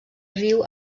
riu